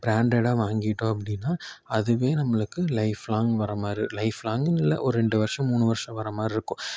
ப்ராண்டடாக வாங்கிட்டோம் அப்படின்னா அதுவே நம்மளுக்கு லைஃப்லாங் வர மாதிரி லைஃப்லாங்குன்னு இல்லை ஒரு ரெண்டு வருஷம் மூணு வருஷம் வர மாதிரி இருக்கும்